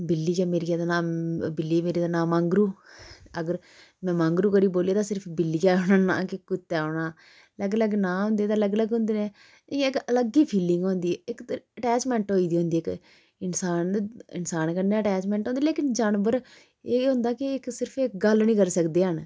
बिल्ली ऐ मेरियै दा नांऽ बिल्ली मेरी दा नांऽ मैंगरू अगर में मैंगरू करी बोली ते सिरफ बिल्लियै औना नां कि कुत्तै आना अलग अलग नांऽ होंदे ते अलग अलग होंदे इ'यै कि अलग ही फीलिंग होंदी इक ते अटैचमेंट होई गेदी होंदी इक इंसान इंसान कन्नै अटैचमेंट होंदी लेकिन जानवर एह् होंदा कि इक सिर्फ ऐ गल्ल नी करी सकदे हैन